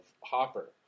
Hopper